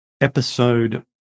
episode